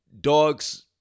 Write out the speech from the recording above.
dogs